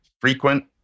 frequent